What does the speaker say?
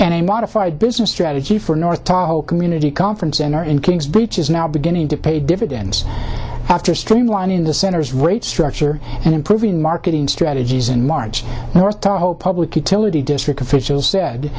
a modified business strategy for north talo community conference center in kings beach is now beginning to pay dividends after streamlining the center's rate structure and improving marketing strategies in march north tower hope public utility district officials said